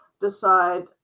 decide